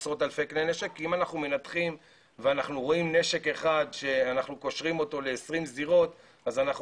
אם אנחנו מנתחים ורואים נשק אחד שאנחנו קושרים אותו ל-20 זירות אז אנחנו